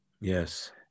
Yes